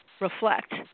reflect